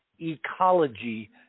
ecology